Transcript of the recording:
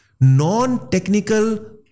non-technical